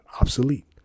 obsolete